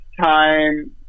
time